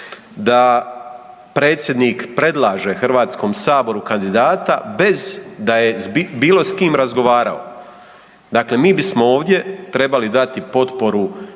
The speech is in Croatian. da predsjednik predlaže HS kandidata bez da je bilo s kim razgovarao. Dakle, mi bismo ovdje trebali dati potporu